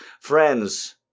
friends